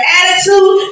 attitude